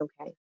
okay